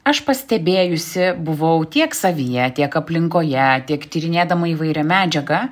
aš pastebėjusi buvau tiek savyje tiek aplinkoje tiek tyrinėdama įvairią medžiagą